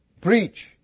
preach